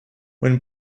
when